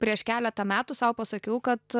prieš keletą metų sau pasakiau kad